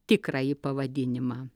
tikrąjį pavadinimą